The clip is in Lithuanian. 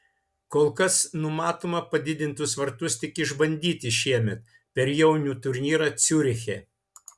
kol kas numatoma padidintus vartus tik išbandyti šiemet per jaunių turnyrą ciuriche